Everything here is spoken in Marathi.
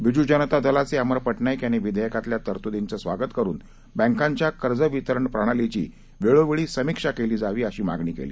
बिजू जनता दलाचे अमर पटनाईक यांनी विधेयकातल्या तरतुदींचं स्वागत करून बँकांच्या कर्ज वितरण प्रणालीची वेळोवेळी समीक्षा केली जावी अशी मागणी केली